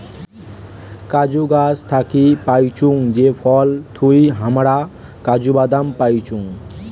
কাজু গাছ থাকি পাইচুঙ যে ফল থুই হামরা কাজু বাদাম পাইচুং